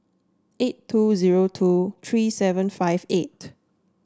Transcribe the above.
eight two zero two three seven five eight